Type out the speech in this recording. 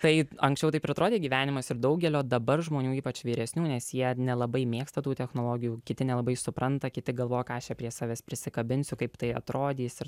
tai anksčiau taip ir atrodė gyvenimas ir daugelio dabar žmonių ypač vyresnių nes jie nelabai mėgsta tų technologijų kiti nelabai supranta kiti galvoja ką aš prie savęs prisikabinsiu kaip tai atrodys ir